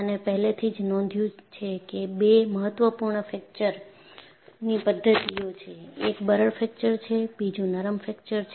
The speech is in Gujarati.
આને પહેલેથી જ નોંધ્યું છે કે બે મહત્વપૂર્ણ ફ્રેક્ચરની પદ્ધતિઓ છે એક બરડ ફ્રેક્ચર છે બીજું નરમ ફ્રેક્ચર છે